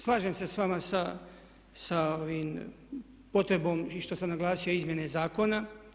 Slažem se sa vama sa potrebom što sam naglasio izmjene zakona.